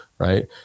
Right